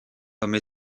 comme